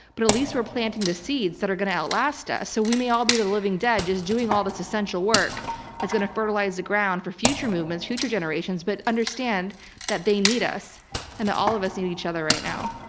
but at least we're planting the seeds that are going to outlast us. so we may all be the living dead, just doing all of its essential work that's going to fertilize the ground for future movements, future generations. but understand that they need us and that all of us need each other right now.